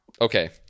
okay